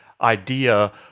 idea